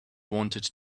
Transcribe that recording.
wanted